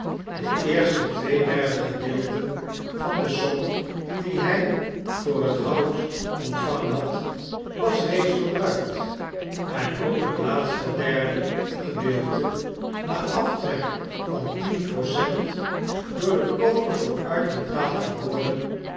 de eerste twee derde gedeelten van de som die hij voor het hout ontvangen had was reeds verbruikt en ook het laatste derde gedeelte na aftrek van tien procent door den kooper vooruit betaald geworden